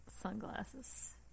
sunglasses